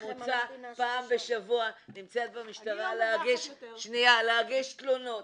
אני בממוצע נמצאת פעם בשבוע במשטרה להגיש תלונות.